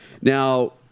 Now